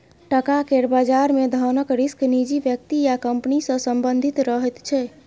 टका केर बजार मे धनक रिस्क निजी व्यक्ति या कंपनी सँ संबंधित रहैत छै